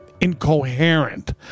incoherent